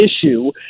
issue